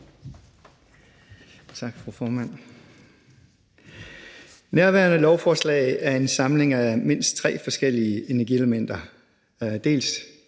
Tak, fru formand. Nærværende lovforslag er en samling af mindst tre forskellige energielementer: